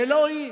ולא היא.